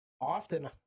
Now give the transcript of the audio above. Often